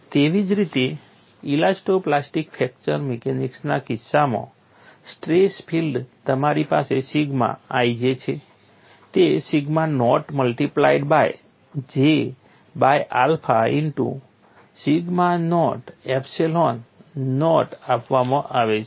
તેવી જ રીતે ઇલાસ્ટો પ્લાસ્ટિક ફ્રેક્ચર મિકેનિક્સના કિસ્સામાં સ્ટ્રેસ ફિલ્ડ તમારી પાસે સિગ્મા ij છે તે sigma nought multiplied by J by alpha into sigma nought epsilon નોટમાં આપવામાં આવે છે